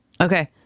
Okay